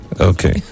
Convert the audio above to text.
Okay